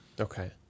Okay